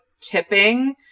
tipping